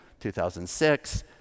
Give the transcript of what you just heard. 2006